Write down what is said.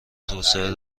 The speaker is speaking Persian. توسعه